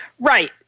Right